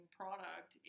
product